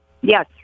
Yes